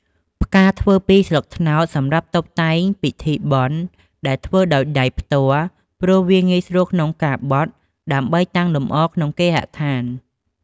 ផ្កាធ្វើពីស្លឹកត្នោត សម្រាប់តុបតែងពិធីបុណ្យ ដែលធ្វើដោយដៃផ្ទាល់ ព្រោះវាងាយស្រួលក្នុងការបត់ ដើម្បីតាំងលម្អក្នុងគេហដ្ខាន។